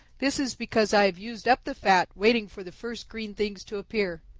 this is because i have used up the fat, waiting for the first green things to appear.